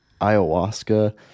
ayahuasca